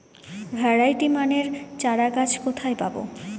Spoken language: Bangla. ভ্যারাইটি মানের চারাগাছ কোথায় পাবো?